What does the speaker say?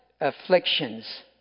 afflictions